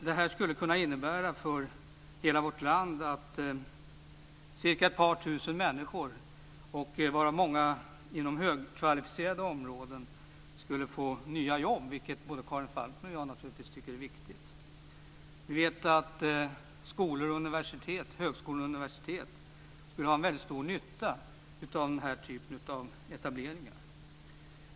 Det är fråga om att cirka ett par tusen människor i vårt land, varav många inom högkvalificerade yrken, skulle kunna få nya jobb, vilket naturligtvis både Karin Falkmer och jag tycker är viktigt. Dessutom skulle högskolor och universitet ha en väldigt stor nytta av den här typen av etableringar.